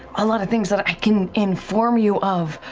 a lot of things that i can inform you of,